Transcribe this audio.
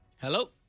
Hello